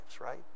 right